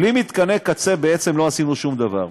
בלי מתקני קצה בעצם לא עשינו שום דבר.